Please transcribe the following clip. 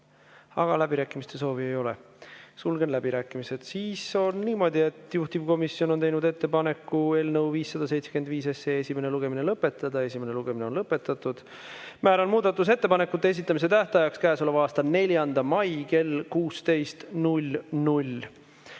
Aga läbirääkimiste soovi ei ole, sulgen läbirääkimised. Siis on niimoodi, et juhtivkomisjon on teinud ettepaneku eelnõu 575 esimene lugemine lõpetada. Esimene lugemine on lõpetatud. Määran muudatusettepanekute esitamise tähtajaks käesoleva aasta 4. mai kell 16.